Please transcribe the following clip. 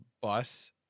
bus